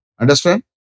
Understand